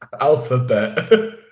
Alphabet